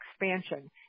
expansion